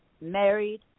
married